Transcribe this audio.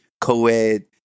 co-ed